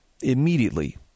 immediately